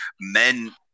men